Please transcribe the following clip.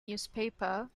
newspaper